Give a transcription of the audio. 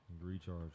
Recharge